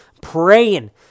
praying